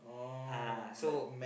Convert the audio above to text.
ah so